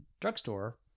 drugstore